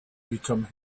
become